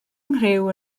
nghriw